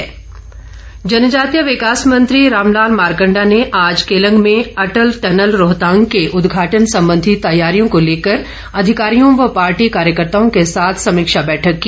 अटल tunnel Rohtang जनजातीय विकास मंत्री रामलाल मारकण्डा ने आज केलंग में अटल टनल रोहतांग के उदघाटन संबंधी तैयारियों को लेकर अधिकारियों व पार्टी कार्यकर्ताओं के साथ समीक्षा बैठक की